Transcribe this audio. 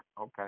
Okay